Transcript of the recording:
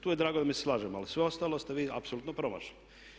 Tu je drago da se mi slažemo, ali sve ostalo ste vi apsolutno promašili.